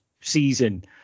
season